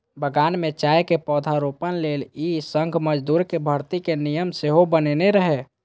बगान मे चायक पौधारोपण लेल ई संघ मजदूरक भर्ती के नियम सेहो बनेने रहै